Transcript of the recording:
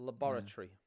Laboratory